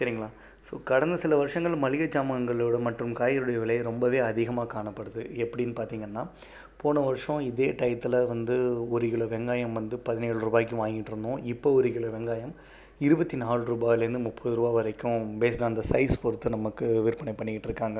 சரிங்களா ஸோ கடந்த சில வருடங்கள் மளிகை சாமான்களோட மற்றும் காய்கறிகளோடய விலை ரொம்பவே அதிகமாக காணப்படுது எப்படினு பார்த்தீங்கனா போன வருடம் இதே டையத்தில் வந்து ஒரு கிலோ வெங்காயம் வந்து பதினேழு ரூபாய்க்கு வாங்கிட்டு இருந்தோம் இப்போ ஒரு கிலோ வெங்காயம் இருபத்தி நாலு ரூபாயில் இருந்து முப்பது ரூபாய் வரைக்கும் பேஸ்டு ஆன் சைஸ் பொறுத்து நமக்கு விற்பனை பண்ணிகிட்டு இருக்காங்க